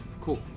Cool